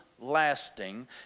lasting